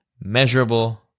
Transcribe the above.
measurable